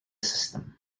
system